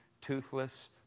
toothless